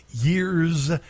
years